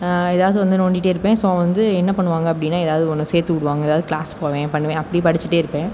ஏதாவது வந்து நோண்டிகிட்டே இருப்பேன் ஸோ வந்து என்ன பண்ணுவாங்க அப்படின்னா ஏதாவது ஒன்று சேர்த்து விடுவாங்க ஏதாவது கிளாஸ் போவேன் பண்ணுவேன் அப்படி படிச்சுட்டே இருப்பேன்